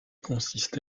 consiste